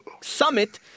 summit